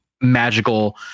magical